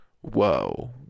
whoa